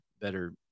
better